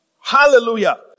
Hallelujah